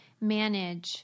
manage